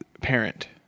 parent